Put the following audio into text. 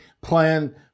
plan